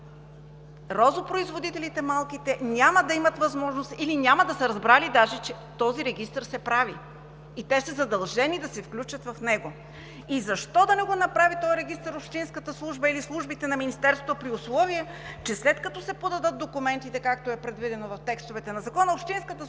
розопроизводители няма да имат възможност или няма да са разбрали даже, че този регистър се прави и те са задължени да се включат в него. Защо този регистър да не го направи общинската служба или службите на Министерството, при условие че, след като се подадат документите, както е предвидено в текстовете на Закона, общинската служба